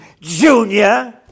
Junior